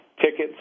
tickets